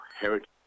heritage